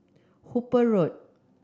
Hooper Road